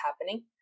happening